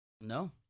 No